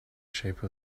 shape